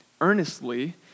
earnestly